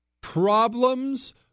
Problems